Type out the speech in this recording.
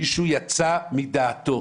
מישהו יצא מדעתו.